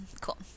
cool